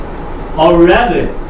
already